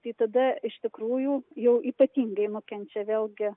tai tada iš tikrųjų jau ypatingai nukenčia vėlgi